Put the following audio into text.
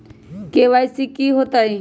KYC कैसे होतई?